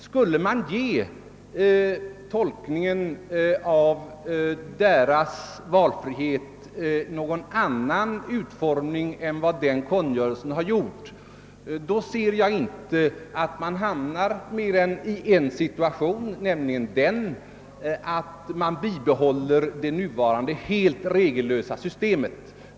Skulle man ge tolkningen av deras valfrihet någon annan utformning än som gjorts i kungörelsen ser jag inte ait man kan hamna i mer än en situation, nämligen den att man bibehåller det nuvarande helt regellösa systemet.